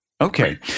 Okay